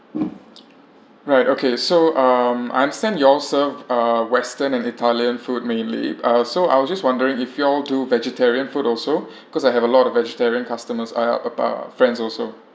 right okay so um I understand you all serve uh western and italian food mainly uh so I was just wondering if you all do vegetarian food also cause I have a lot of vegetarian customers uh friends also